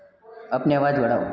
अपनी आवाज़ बढ़ाओ